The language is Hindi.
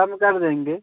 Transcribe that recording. कम कर देंगें